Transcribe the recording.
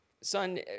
son